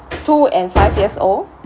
two and five years old